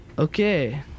Okay